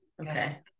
okay